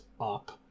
up